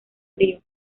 frío